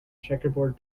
checkerboard